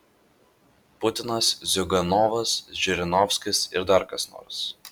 putinas ziuganovas žirinovskis ir dar kas nors